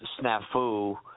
snafu